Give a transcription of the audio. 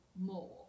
more